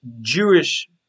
Jewish